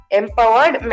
empowered